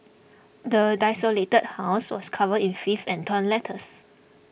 the desolated house was covered in filth and torn letters